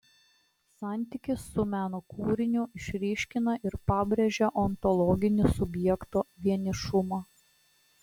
santykis su meno kūriniu išryškina ir pabrėžia ontologinį subjekto vienišumą